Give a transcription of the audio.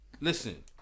listen